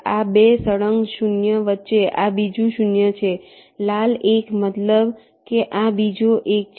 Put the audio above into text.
આ 2 સળંગ 0 વચ્ચે આ બીજું 0 છે લાલ 1 મતલબ કે આ બીજો 1 છે